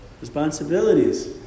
Responsibilities